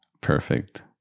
Perfect